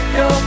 go